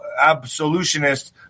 absolutionist